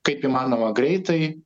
kaip įmanoma greitai